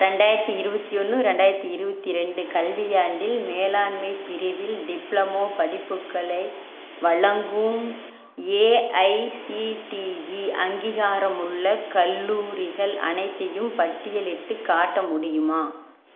ரெண்டாயிரத்தி இருபத்தி ஒன்று ரெண்டாயிரத்து இருபத்தி ரெண்டு கல்வியாண்டில் மேலாண்மை பிரிவில் டிப்ளமோ படிப்புக்களை வழங்கும் ஏஐசிடிஇ அங்கீகாரமுள்ள கல்லூரிகள் அனைத்தையும் பட்டியலிட்டுக் காட்ட முடியுமா